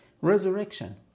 resurrection